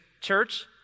church